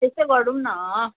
त्यस्तै गरौँ न